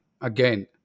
again